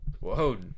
whoa